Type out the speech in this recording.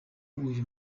uyu